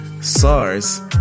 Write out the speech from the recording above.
SARS